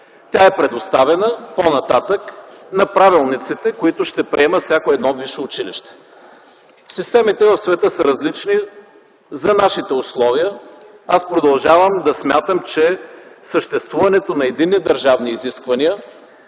Тя е предоставена по-нататък на правилниците, които ще приеме всяко едно висше училище. Системите в света са различни. За нашите условия аз продължавам да смятам, че съществуването на единни държавни изисквания